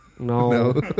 No